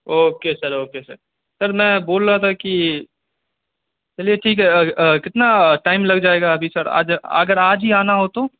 okay sir okay sir sir میں بول رہا تھا کہ چلیے ٹھیک ہے کتنا ٹائم لگ جائے گا ابھی سر آج اگر آج ہی آنا ہو تو